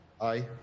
Aye